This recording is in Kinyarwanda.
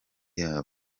yabo